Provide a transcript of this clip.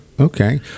Okay